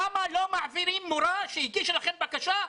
למה לא מעבירים מורה שהגישה לכם בקשה?